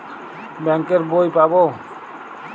Bank এর বই পাবো?